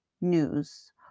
news